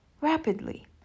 rapidly